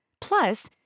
Plus